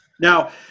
Now